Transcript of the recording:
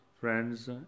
friends